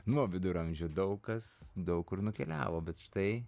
nuo viduramžių daug kas daug kur nukeliavo bet štai